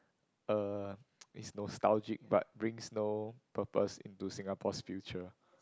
uh is nostalgic but brings no purpose into Singapore's future